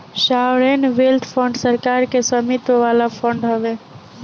sovereign wealth fund सरकार के स्वामित्व वाला फंड हवे